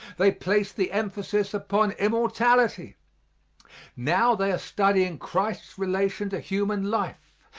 they placed the emphasis upon immortality now they are studying christ's relation to human life.